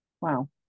wow